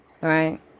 right